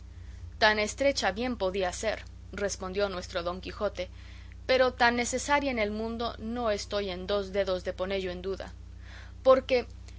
tan estrecha bien podía ser respondió nuestro don quijote pero tan necesaria en el mundo no estoy en dos dedos de ponello en duda porque